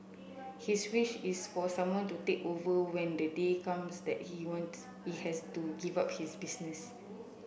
his wish is for someone to take over when the day comes that he wants he has to give up his business